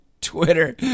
Twitter